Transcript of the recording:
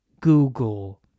Google